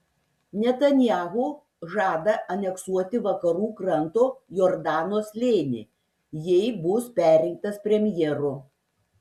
netanyahu žada aneksuoti vakarų kranto jordano slėnį jei bus perrinktas premjeru